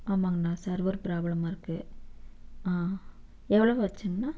ஆமாங்கண்ணா சர்வர் பிராபளமாக இருக்குது ஆ எவ்வளோவு ஆச்சுங்கண்ணா